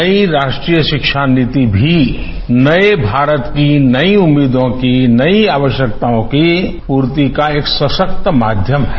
नई राष्ट्रीय शिक्षा नीति भी नये भारत की नई उम्मीदों की नई आवश्यकताओं की पूर्ति का एक सशक्त माध्यम है